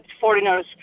foreigners